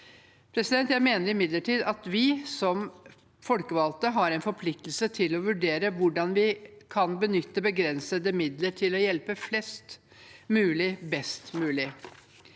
Jeg mener imidlertid at vi som folkevalgte har en forpliktelse til å vurdere hvordan vi kan benytte begrensede midler til å hjelpe flest mulig best mulig.